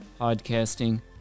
podcasting